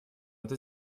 это